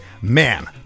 man